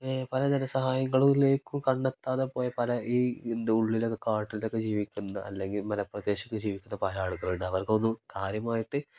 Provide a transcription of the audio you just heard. പലതരം സഹായങ്ങളിലേക്കും കണ്ണെത്താതെ പോയ പല ഈ എന്ത് ഉള്ളിലൊക്കെ കാട്ടിലൊക്കെ ജീവിക്കുന്ന അല്ലെങ്കിൽ മലപ്രദേശത്ത് ജീവിക്കുന്ന പല ആളുകളുണ്ട് അവർക്കൊന്നും കാര്യമായിട്ട്